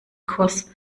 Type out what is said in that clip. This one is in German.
kurs